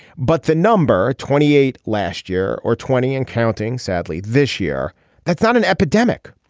but the number twenty eight last year or twenty and counting sadly this year that's not an epidemic.